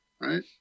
right